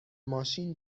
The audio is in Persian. ماشین